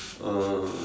uh